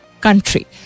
country